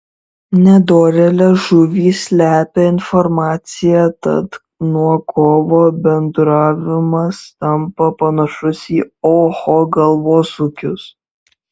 nedorėlės žuvys slepia informaciją tad nuo kovo bendravimas tampa panašus į oho galvosūkius